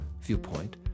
Viewpoint